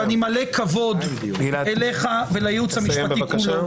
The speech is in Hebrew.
שאני מלא כבוד אליך ולייעוץ המשפטי כולו,